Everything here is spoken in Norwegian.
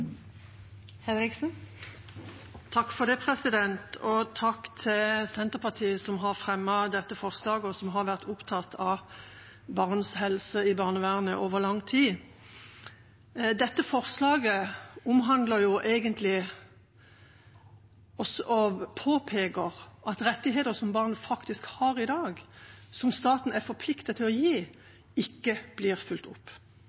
Takk til Senterpartiet som har fremmet dette forslaget, og som har vært opptatt av barns helse i barnevernet over lang tid. Dette forslaget omhandler egentlig og påpeker at rettigheter som barn faktisk har i dag, som staten er forpliktet til å gi, ikke blir fulgt opp.